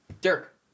Dirk